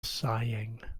sighing